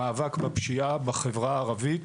למאבק בפשיעה בחברה העברית.